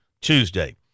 Tuesday